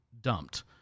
dumped